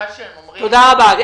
תודה רבה.